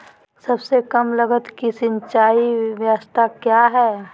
सबसे कम लगत की सिंचाई ब्यास्ता क्या है?